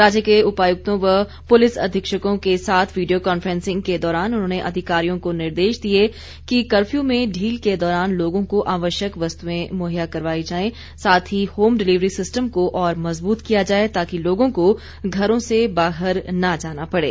राज्य के सभी उपायुक्तों व पुलिस अधीक्षकों के साथ वीडियो कॉन्फ्रेंसिंग के दौरान उन्होंने अधिकारियों को निर्देश दिए कि कफ्यू में ढील के दौरान लोगों को आवश्यक वस्तुएं मुहैया करवाई जाएं साथ ही होम डिलिवरी सिस्टम को और मज़बूत किया जाए ताकि लोगों को घरों से बाहर न जाना पड़े